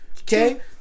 Okay